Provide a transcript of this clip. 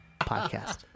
Podcast